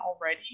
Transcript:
already